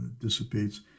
dissipates